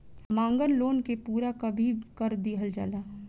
मांगल लोन के पूरा कभी कर दीहल जाला